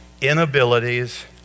inabilities